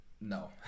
No